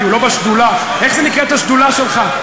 כי הוא לא בשדולה איך נקראת השדולה שלך?